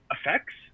effects